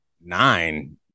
nine